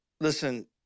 listen